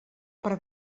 per